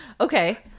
Okay